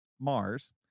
Mars